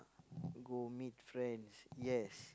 go meet friends yes